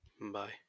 Bye